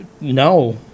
No